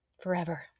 forever